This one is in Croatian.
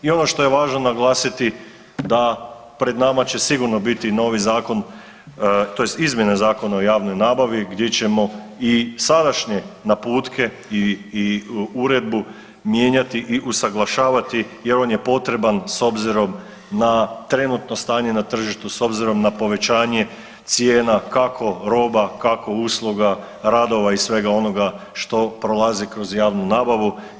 I ono što je važno naglasiti da pred nama će sigurno biti i novi zakon, tj. izmjene Zakona o javnoj nabavi gdje ćemo i sadašnje naputke i uredbu mijenjati i usaglašavati, jer on je potreban s obzirom na trenutno stanje na tržištu, s obzirom na povećanje cijena kako roba, kako usluga, radova i svega onoga što prolazi kroz javnu nabavu.